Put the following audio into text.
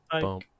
Boom